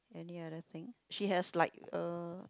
any other thing she has like a